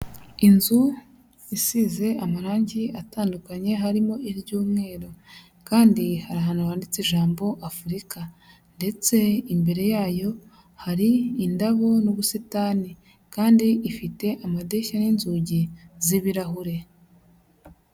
Inzu isize amarangi atandukanye harimo iry'umweru kandi hari ahantu handitse ijambo Afurika ndetse imbere yayo hari indabo n'ubusitani kandi ifite amadirishya n'inzugi z'ibirahure.